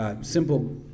Simple